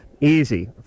easy